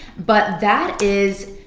but that is,